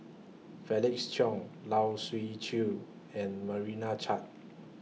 Felix Cheong Lai Siu Chiu and Marana Chand